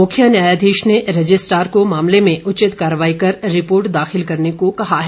मुख्य न्यायाधीश ने रजिस्ट्रार को मामले में उचित कार्रवाई कर रिपोर्ट दाखिल करने को कहा है